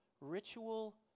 ritual